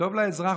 וטוב לאזרח,